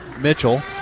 Mitchell